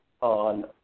on